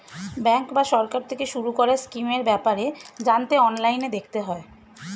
bank বা সরকার থেকে শুরু করা স্কিমের ব্যাপারে জানতে অনলাইনে দেখতে হয়